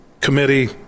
committee